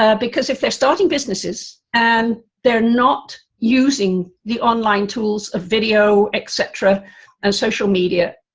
ah because if they're starting businesses and they're not using the online tools of video etc and social media,